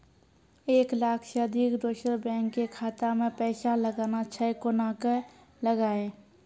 एक लाख से अधिक दोसर बैंक के खाता मे पैसा लगाना छै कोना के लगाए?